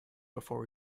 before